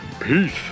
peace